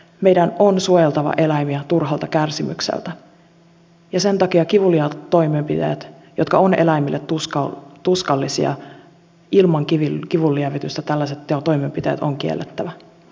meidän on suojeltava eläimiä turhalta kärsimykseltä ja sen takia kivuliaat toimenpiteet jotka ovat eläimille tuskallisia ilman kivunlievitystä on kiellettävä